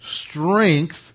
strength